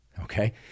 okay